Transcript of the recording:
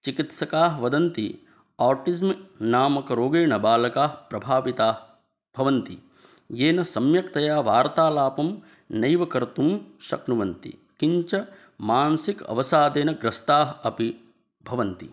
चिकित्सकाः वदन्ति आर्टिस्म् नामक रोगेण बालकाः प्रभाविताः भवन्ति येन सम्यक्तया वार्तालापं नैव कर्तुं शक्नुवन्ति किञ्च मानसिकः अवसादेन ग्रस्ताः अपि भवन्ति